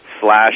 slash